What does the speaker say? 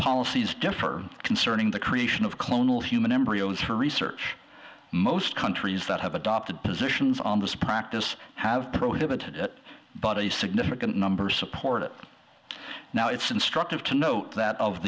policies differ concerning the creation of clonal human embryos for research most countries that have adopted positions on this practice have prohibited it but a significant number support it now it's instructive to note that of